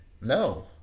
no